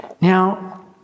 Now